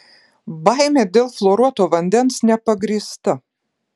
baimė dėl fluoruoto vandens nepagrįsta